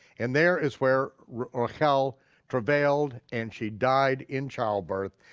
and there is where rachel travailed and she died in childbirth,